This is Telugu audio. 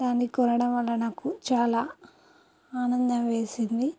దాన్ని కొనడం వల్ల నాకు చాలా ఆనందం వేసింది